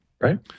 Right